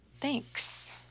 Thanks